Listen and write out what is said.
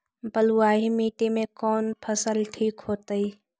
बलुआही मिट्टी में कौन फसल ठिक होतइ?